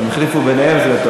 בבקשה.